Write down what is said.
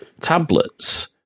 tablets